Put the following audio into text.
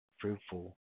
fruitful